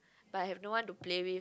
but have no one to play with